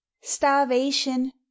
starvation